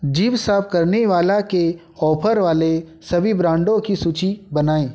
जीभ साफ़ करने वाला के ऑफर वाले सभी ब्रैंडों की सूचि बनाएँ